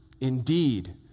Indeed